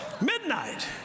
Midnight